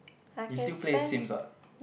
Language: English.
you still play Sims ah